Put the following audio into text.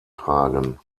tragen